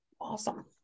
awesome